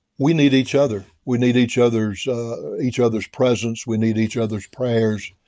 we need each other. we need each other's each other's presence. we need each other's prayers.